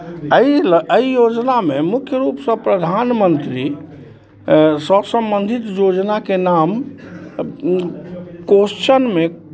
एहि लऽ एहि योजनामे मुख्य रूपसँ प्रधानमंत्री सँ सम्बन्धित योजनाके नाम क्वेश्चनमे